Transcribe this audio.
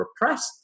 repressed